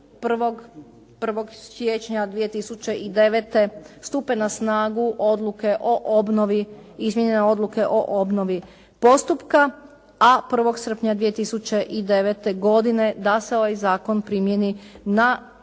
izmijenjene odluke o obnovi postupka, a 1. srpnja 2009. godine da se ovaj zakon primjeni na sva